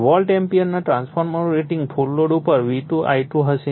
volt એમ્પીયરમાં ટ્રાન્સફોર્મરનું rating full load ઉપર V2 I2 હશે